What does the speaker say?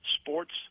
sports